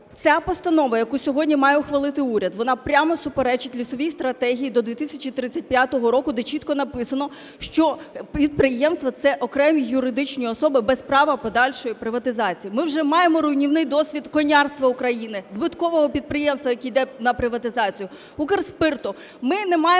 Ця постанова, яку сьогодні має ухвалити уряд, вона прямо суперечить лісовій стратегії до 2035 року, де чітко написано, що підприємства - це окремі юридичні особи без права подальшої приватизації. Ми вже маємо руйнівний досвід конярства України, збиткового підприємства, яке йде на приватизацію, Укрспирту.